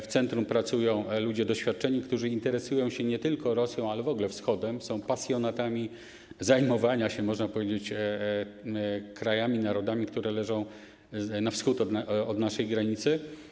W centrum pracują ludzie doświadczeni, którzy interesują się nie tylko Rosją, ale w ogóle Wschodem, są pasjonatami, można powiedzieć, krajów, narodów, które leżą w wschód od naszej granicy.